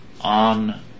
on